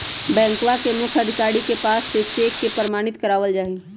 बैंकवा के मुख्य अधिकारी के पास से चेक के प्रमाणित करवावल जाहई